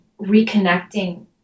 reconnecting